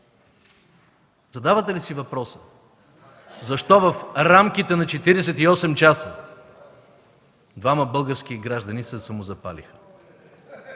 Задавате ли си въпроса защо в рамките на 48 часа двама български граждани се самозапалиха?